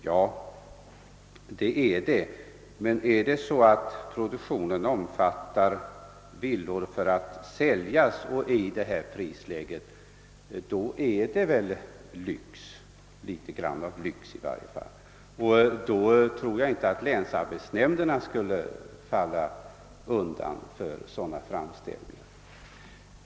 Ja, det är det. Men om produktionen avser villor i detta prisläge som skall säljas, är det väl fråga om lyxproduktion, och då tror jag inte att länsarbetsnämnderna skulle falla undan för framställningarna.